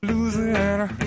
Louisiana